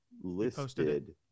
listed